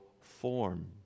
form